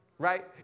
right